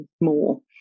more